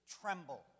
tremble